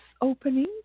opening